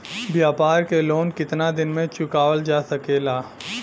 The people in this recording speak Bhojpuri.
व्यापार के लोन कितना दिन मे चुकावल जा सकेला?